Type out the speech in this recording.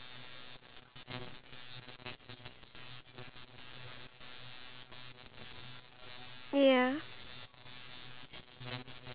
it's this straw that this uh individual invented for the people in africa so that they can drink out of rivers